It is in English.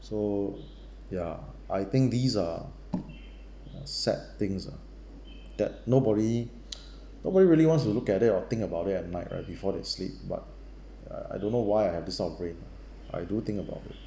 so ya I think these are sad things ah that nobody nobody really wants to look at it or think about it at night right before they sleep but uh I don't know why I have this type of brain I do think about it